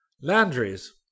Landry's